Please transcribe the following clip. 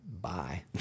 bye